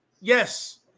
yes